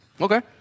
Okay